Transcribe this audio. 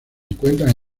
encuentran